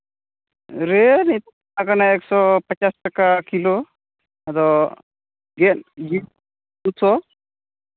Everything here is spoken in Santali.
ᱨᱮᱹᱴ ᱱᱤᱛᱚᱜ ᱨᱟᱠᱟᱵ ᱠᱟᱱᱟ ᱮᱠᱥᱚ ᱯᱚᱪᱟᱥ ᱴᱟᱠᱟ ᱠᱤᱞᱳ ᱟᱫᱚ ᱜᱮᱫ ᱡᱤᱞ ᱫᱩᱥᱚ